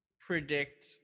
predict